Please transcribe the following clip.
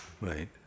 Right